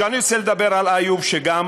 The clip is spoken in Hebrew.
אני רוצה לדבר על איוב שגם